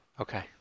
Okay